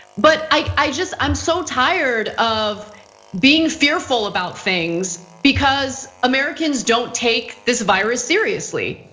but i just, i'm so tired of being fearful about things because americans don't take this virus seriously.